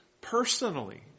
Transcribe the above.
personally